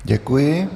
Děkuji.